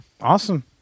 awesome